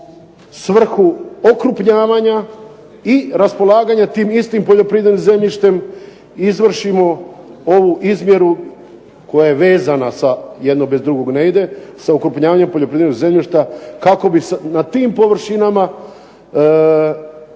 svrhu okrupnjavanja i raspolaganja tim istim poljoprivrednim zemljištem izvršimo ovu izmjeru koja je vezana sa, jedno bez drugog ne ide, sa okrupnjavanjem poljoprivrednog zemljišta kako bismo na tim površinama imali